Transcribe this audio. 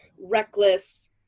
reckless